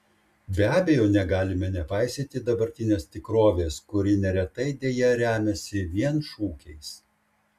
be abejo negalime nepaisyti dabartinės tikrovės kuri neretai deja remiasi vien šūkiais